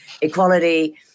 equality